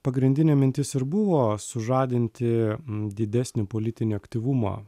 pagrindinė mintis ir buvo sužadinti didesnį politinį aktyvumą